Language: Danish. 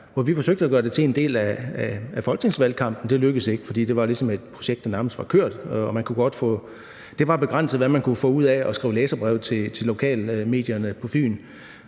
som vi forsøgte at gøre til en del af folketingsvalgkampen. Det lykkedes ikke, for det var ligesom et projekt, der nærmest var kørt. Det var begrænset, hvad man kunne få ud af at skrive læserbreve til lokalmedierne på Fyn.